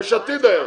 היה,